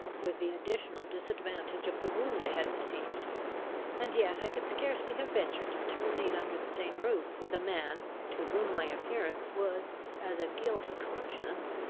with the additional disadvantage of the wound i had received and yet i could scarcely have ventured to remain under the same roof with a man, to whom my appearance was as a guilty conscience,